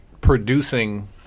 producing